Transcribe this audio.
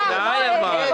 הממשלה.